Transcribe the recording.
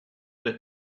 bit